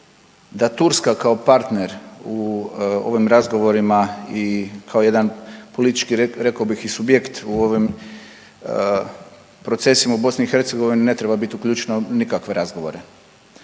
da Turska kao partner u ovim razgovorima i kao jedan politički rekao bih i subjekt u ovim procesima u BiH ne treba biti uključena u nikakve razgovore.